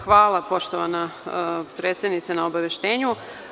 Hvala poštovana predsednice na obaveštenju.